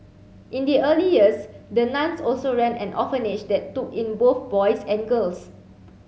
in the early years the nuns also ran an orphanage that took in both boys and girls